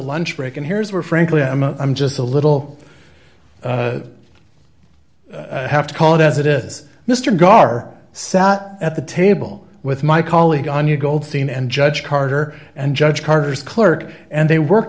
lunch break and here's where frankly i'm a i'm just a little have to call it as it is mr gar sat at the table with my colleague on your goldstein and judge carter and judge carter's clerk and they work